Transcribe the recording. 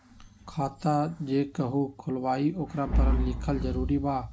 खाता जे केहु खुलवाई ओकरा परल लिखल जरूरी वा?